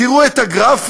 תראו את הגרפים,